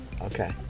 okay